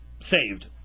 saved